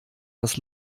das